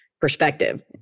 perspective